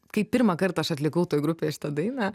kai pirmąkart aš atlikau toj grupėj šitą dainą